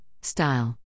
style